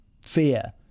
fear